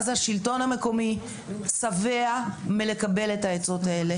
אז השלטון המקומי שבע מלקבל את העצות האלה,